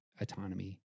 autonomy